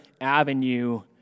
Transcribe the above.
avenue